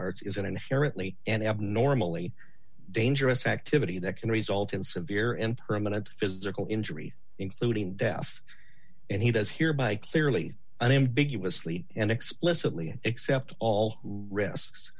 arts is an inherently an abnormally dangerous activity that can result in severe and permanent physical injury including death and he does hereby clearly unambiguously and explicitly and accept all risks